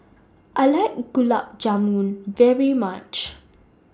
I like Gulab Jamun very much